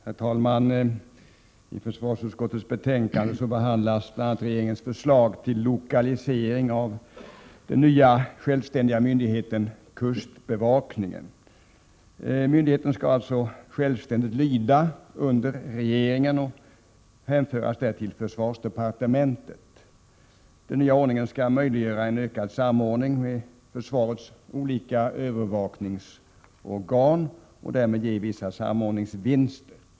Herr talman! I försvarsutskottets betänkande 10 behandlas bl.a. regeringens förslag till lokalisering av den nya självständiga myndigheten kustbevakningen. Myndigheten skall självständigt lyda under regeringen och hänföras till försvarsdepartementet. Den nya ordningen skall möjliggöra en ökad samordning med försvarets olika övervakningsorgan och därmed ge vissa samordningsvinster.